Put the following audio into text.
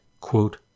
Quote